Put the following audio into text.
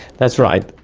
that's right,